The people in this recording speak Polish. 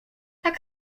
tak